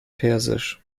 persisch